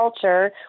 culture